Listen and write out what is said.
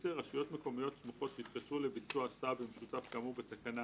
(10) רשויות מקומיות סמוכות שהתקשרו לביצוע הסעה במשותף כאמור בתקנה